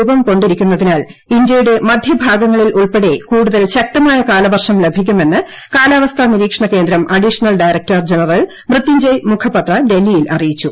രൂപംകൊണ്ടിരിക്കുന്നതിനാൽ ന്യൂനമർദ്ദം ഇന്ത്യയുടെ മധ്യഭാഗങ്ങളിൽ ഉൾപ്പെടെ കൂടുതൽ ശക്തമായ കാലവർഷം ലഭിക്കുമെന്ന് കാലാവസ്ഥാ നിരീക്ഷണകേന്ദ്രം additional director general Mrutyunjay Mohapatra ന്യൂഡൽഹിയിൽ അറിയിച്ചു